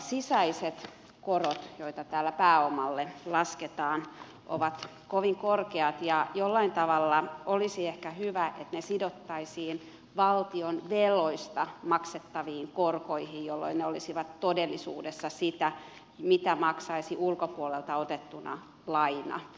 sisäiset korot joita täällä pääomalle lasketaan ovat kovin korkeat ja jollain tavalla olisi ehkä hyvä että ne sidottaisiin valtion veloista maksettaviin korkoihin jolloin ne olisivat todellisuudessa sitä mitä maksaisi ulkopuolelta otettuna laina